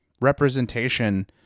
representation